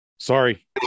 Sorry